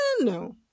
no